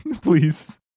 please